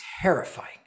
terrifying